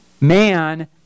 man